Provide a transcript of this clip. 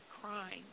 crying